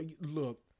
Look